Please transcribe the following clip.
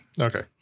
Okay